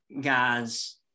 guys